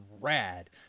rad